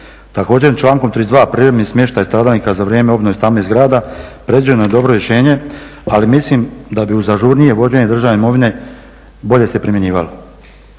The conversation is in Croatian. Također, člankom 32. privremeni smještaj stradalnika za vrijeme obnove stambenih zgrada predviđeno je dobro rješenje, ali mislim da bi uz ažurnije vođenje državne imovine bolje se primjenjivalo.